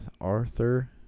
Arthur